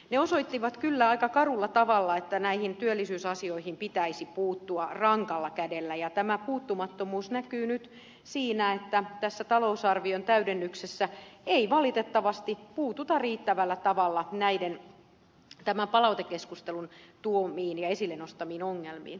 ne osoittivat kyllä aika karulla tavalla että näihin työllisyysasioihin pitäisi puuttua rankalla kädellä ja tämä puuttumattomuus näkyy nyt siinä että tässä talousarvion täydennyksessä ei valitettavasti puututa riittävällä tavalla tämän palautekeskustelun esille nostamiin ongelmiin